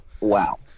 Wow